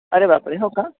अरे बापरे हो का